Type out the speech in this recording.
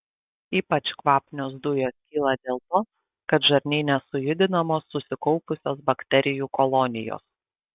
ypač kvapnios dujos kyla dėl to kad žarnyne sujudinamos susikaupusios bakterijų kolonijos